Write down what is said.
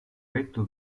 petto